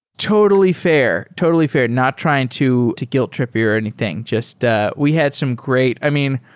tota lly fair. tota lly fair. not trying to to guilt trip you or anything. just ah we had some great i mean,